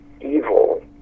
evil